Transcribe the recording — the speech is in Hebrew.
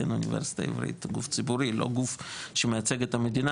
גוף ציבורי לא גוף שמייצג את המדינה,